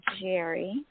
Jerry